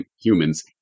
humans